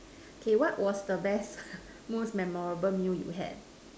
okay what was the best most memorable meal you had